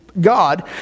God